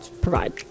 provide